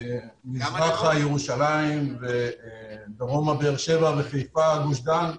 מזרחה, ירושלים ודרומה באר שבע וחיפה, גוש דן.